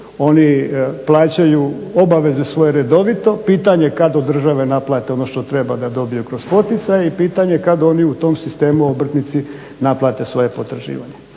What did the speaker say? oni plaćaju obaveze svoje redovito. Pitanje kad od države naplate ono što treba da dobiju kroz poticaje i pitanje kad oni u tom sistemu obrtnici naplate svoje potraživanje